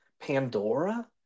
Pandora